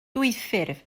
dwyffurf